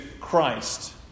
Christ